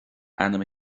ainm